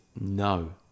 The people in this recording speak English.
no